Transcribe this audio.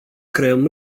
creăm